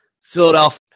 Philadelphia